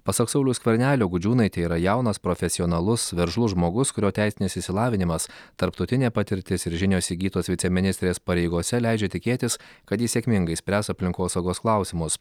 pasak sauliaus skvernelio gudžiūnaitė yra jaunas profesionalus veržlus žmogus kurio teisinis išsilavinimas tarptautinė patirtis ir žinios įgytos viceministrės pareigose leidžia tikėtis kad jis sėkmingai spręs aplinkosaugos klausimus